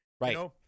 Right